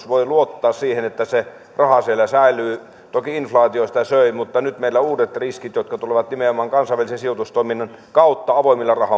voi luottaa siihen että se pankissa ollut sijoitus raha siellä säilyy toki inflaatio sitä söi mutta nyt meillä on uudet riskit jotka tulevat nimenomaan kansainvälisen sijoitustoiminnan kautta avoimille